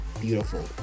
beautiful